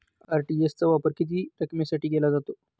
RTGS चा उपयोग किती रकमेसाठी केला जातो?